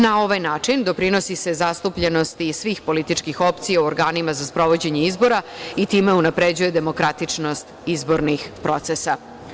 Na ovaj način se doprinosi zastupljenosti svih političkih opcija u organima za sprovođenje izbora i time unapređuje demokratičnost izbornih procesa.